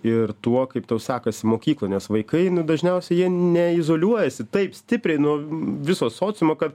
ir tuo kaip tau sekasi mokykloj nes vaikai nu dažniausiai ne izoliuojasi taip stipriai nuo viso sociumo kad